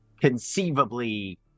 conceivably